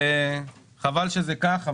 וחבל שזה כך.